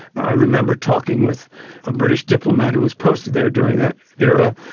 i remember talking with a british diplomat who was posted there during that era,